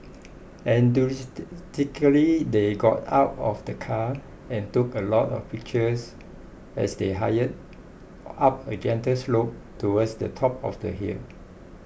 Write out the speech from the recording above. enthusiastically they got out of the car and took a lot of pictures as they hire up a gentle slope towards the top of the hill